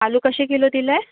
आलू कसे किलो दिलाय